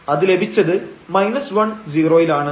അത് ലഭിച്ചത് 10 യിലാണ്